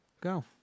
Go